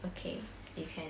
okay you can